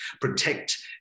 protect